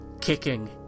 kicking